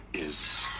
is.